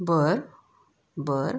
बरं बरं